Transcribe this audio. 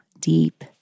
deep